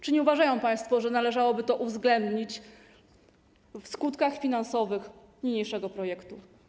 Czy nie uważają państwo, że należałoby to uwzględnić w skutkach finansowych niniejszego projektu?